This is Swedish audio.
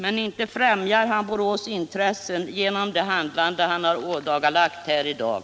Men inte främjar han Borås intressen genom det handlande han ådagalagt här i dag.